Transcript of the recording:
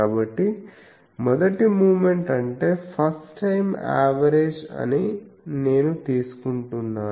కాబట్టి మొదటి మూమెంట్ అంటే ఫస్ట్ టైం అవేరేజ్ అని నేను తీసుకుంటున్నాను